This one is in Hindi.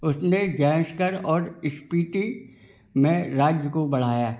उसने जयस्कर और स्पीटि में राज्य को बढ़ाया